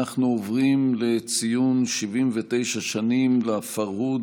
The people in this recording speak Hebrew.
אנחנו עוברים לציון 79 שנים לפרהוד,